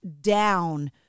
down